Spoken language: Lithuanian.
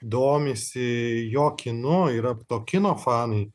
domisi jo kinu yra to kino fanai